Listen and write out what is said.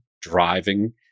driving